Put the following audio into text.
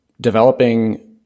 developing